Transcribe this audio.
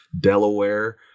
Delaware